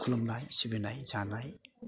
खुलुमनाय सिबिनाय जानाय